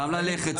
גם ללכת,